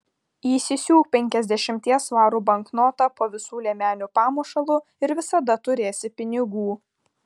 įsisiūk penkiasdešimties svarų banknotą po visų liemenių pamušalu ir visada turėsi pinigų